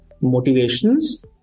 motivations